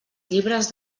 llibres